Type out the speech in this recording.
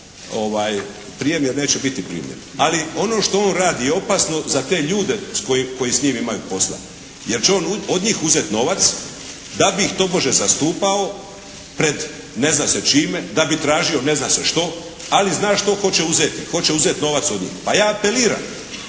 prijem jer neće biti primljen. Ali ono što on radi je opasno za te ljude koji s njim imaju posla, jer će on od njih uzeti novac da bi ih tobože zastupao pred ne zna se čime, da bi tražio ne zna se što, ali zna što hoće uzeti. Hoće uzeti novac od njih. Pa ja apeliram